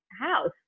house